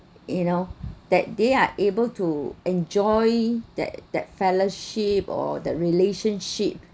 you know that they are able to enjoy that that fellowship or the relationship